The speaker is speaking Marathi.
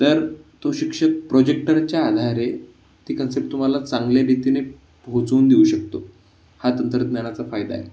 तर तो शिक्षक प्रोजेक्टरच्या आधारे ती कन्सेप्ट तुम्हाला चांगल्यारीतीने पोहोचवून देऊ शकतो हा तंत्रज्ञानाचा फायदा आहे